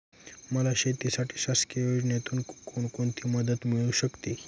मला शेतीसाठी शासकीय योजनेतून कोणतीमदत मिळू शकते?